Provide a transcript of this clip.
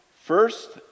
first